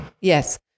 Yes